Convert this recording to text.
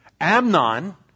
Amnon